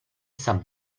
san